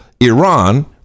Iran